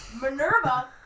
Minerva